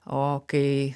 o kai